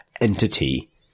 entity